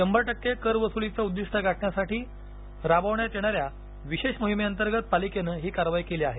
शंभर टक्के कर वसुलीचे उद्दिष्ट गाठण्यासाठी राबवण्यात येणाऱ्या विशेष मोहिमेंतर्गत पालिकेनं ही कारवाई केली आहे